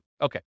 Okay